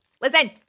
Listen